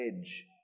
edge